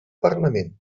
parlament